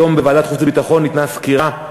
היום בוועדת החוץ והביטחון ניתנה סקירה,